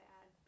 add